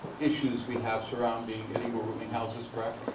issues we have surrounding illegal rooming houses, correct.